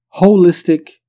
holistic